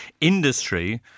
industry